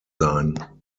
sein